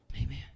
Amen